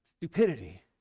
stupidity